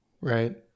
right